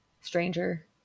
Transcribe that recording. Stranger